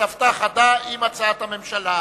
מוקדם בוועדה שתקבע ועדת הכנסת נתקבלה.